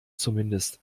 zumindest